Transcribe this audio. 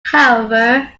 however